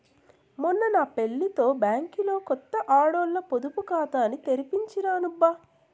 మొన్న నా పెళ్లితో బ్యాంకిలో కొత్త ఆడోల్ల పొదుపు కాతాని తెరిపించినాను బా